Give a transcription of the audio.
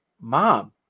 mom